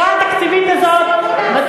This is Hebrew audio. כי בשורה התקציבית הזאת,